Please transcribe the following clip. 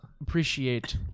appreciate